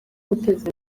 guteza